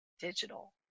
digital